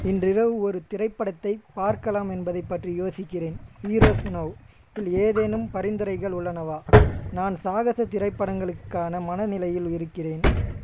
இன்று இரவு ஒரு திரைப்படத்தை பார்க்கலாம் என்பதைப் பற்றி யோசிக்கிறேன் ஈரோஸ் நொவ் இல் ஏதேனும் பரிந்துரைகள் உள்ளனவா நான் சாகச திரைப்படங்களுக்கான மனநிலையில் இருக்கிறேன்